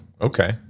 okay